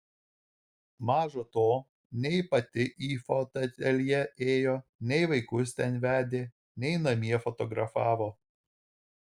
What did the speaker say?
maža to nei pati į fotoateljė ėjo nei vaikus ten vedė nei namie fotografavo